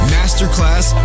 Masterclass